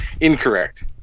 incorrect